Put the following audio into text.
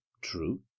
true